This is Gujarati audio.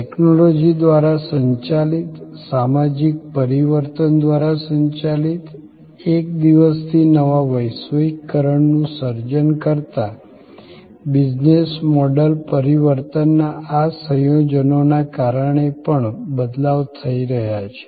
ટેક્નોલોજી દ્વારા સંચાલિત સામાજિક પરિવર્તન દ્વારા સંચાલિત 1 દિવસથી નવા વૈશ્વિકીકરણનું સર્જન કરતા બિઝનેસ મોડલ પરિવર્તનના આ સંયોજનોના કારણે પણ બદલાવ થઈ રહ્યા છે